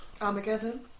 Armageddon